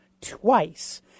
twice